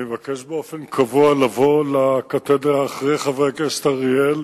אני מבקש באופן קבוע לבוא לקתדרה אחרי חבר הכנסת אריאל,